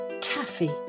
Taffy